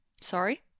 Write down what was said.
Sorry